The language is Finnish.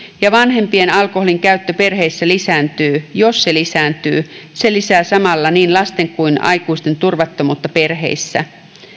vanhempien alkoholinkäyttö perheissä lisääntyy jos se lisääntyy se lisää samalla niin lasten kuin aikuisten turvattomuutta perheissä